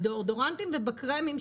בדאודורנטים ובקרמים,